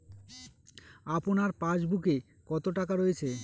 আপনার পাসবুকে কত টাকা রয়েছে?